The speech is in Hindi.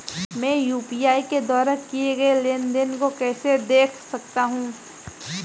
मैं यू.पी.आई के द्वारा किए गए लेनदेन को कैसे देख सकता हूं?